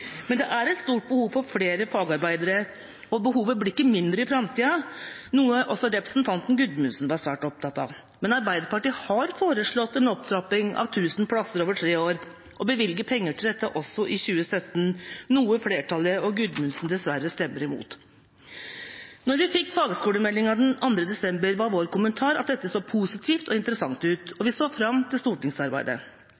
Men det er et stort behov for flere fagarbeidere, og behovet blir ikke mindre i framtida – noe også representanten Gudmundsen var svært opptatt av. Men Arbeiderpartiet har foreslått en opptrapping på tusen plasser over tre år og bevilger penger til dette også i 2017, noe flertallet og Gudmundsen dessverre stemmer imot. Da vi fikk fagskolemeldinga den 2. desember, var vår kommentar at dette så positivt og interessant ut, og